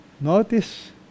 Notice